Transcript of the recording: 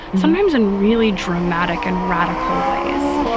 sometimes in really dramatic and radical ways.